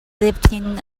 lifting